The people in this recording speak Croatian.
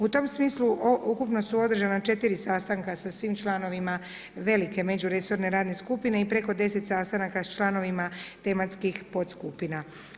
U tom smislu ukupno su održana četiri sastanka sa svim članovima velike međuresorne radne skupine i preko 10 sastanaka sa članovima tematskih podskupina.